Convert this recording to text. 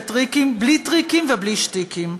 בלי טריקים ובלי שטיקים,